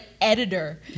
editor